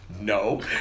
no